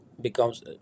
becomes